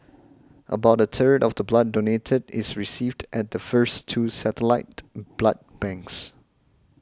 about a third of the blood donated is received at the first two satellite blood banks